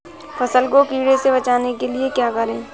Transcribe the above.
फसल को कीड़ों से बचाने के लिए क्या करें?